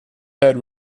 third